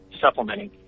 supplementing